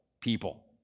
people